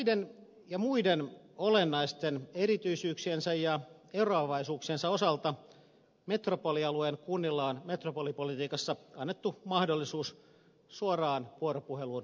näiden ja muiden olennaisten erityisyyksiensä ja eroavaisuuksiensa osalta metropolialueen kunnille on metropolipolitiikassa annettu mahdollisuus suoraan vuoropuheluun valtiovallan kanssa